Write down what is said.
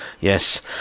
Yes